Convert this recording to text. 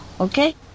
okay